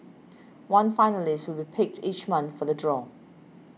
one finalist will picked each month for the draw